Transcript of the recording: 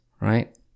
right